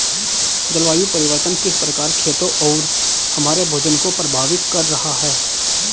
जलवायु परिवर्तन किस प्रकार खेतों और हमारे भोजन को प्रभावित कर रहा है?